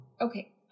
Okay